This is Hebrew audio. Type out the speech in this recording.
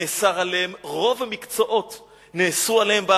נאסרו עליהם רוב המקצועות בעבודה.